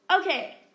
Okay